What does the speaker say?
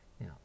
Now